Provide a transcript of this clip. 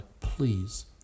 please